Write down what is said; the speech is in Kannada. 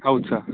ಹೌದು ಸರ್